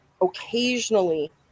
Occasionally